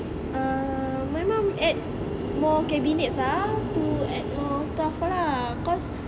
uh my mum add more cabinets lah to add more stuff lah cause